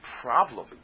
problem